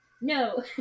No